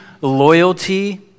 loyalty